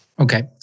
Okay